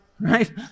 right